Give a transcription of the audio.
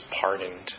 pardoned